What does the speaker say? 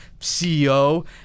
CEO